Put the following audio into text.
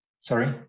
sorry